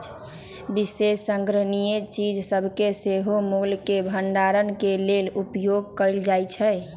विशेष संग्रहणीय चीज सभके सेहो मोल के भंडारण के लेल उपयोग कएल जाइ छइ